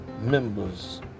members